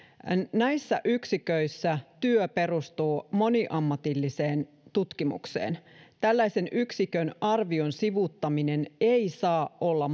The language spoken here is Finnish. näissä yksiköissä työ perustuu moniammatilliseen tutkimukseen tällaisen yksikön arvion sivuuttaminen ei saa olla